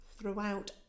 throughout